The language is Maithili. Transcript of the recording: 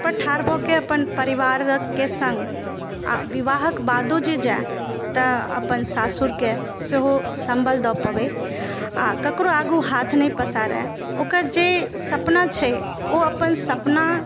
पएर पर ठाड़ भऽ के अपन परिवारक के संग आ विवाहके बादो जे जाय तऽ अपन सासुर के सेहो संबल दऽ पबै आ ककरो आगू हाथ नहि पसारए ओकर जे सपना छै ओ अपन सपना